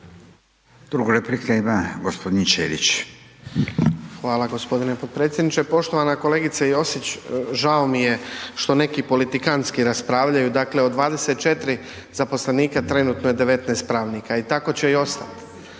**Ćelić, Ivan (HDZ)** Hvala gospodine potpredsjedniče. Poštovana kolegice Josić žao mi je što neki politikantski raspravljaju, dakle od 24 zaposlenika trenutno je 19 pravnika i tako će i ostati.